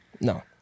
No